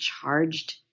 charged